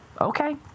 Okay